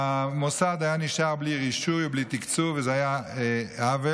המוסד היה נשאר בלי רישוי ובלי תקצוב וזה היה עוול,